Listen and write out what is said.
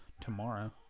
tomorrow